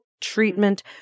treatment